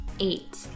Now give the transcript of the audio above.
Eight